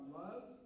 love